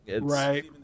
Right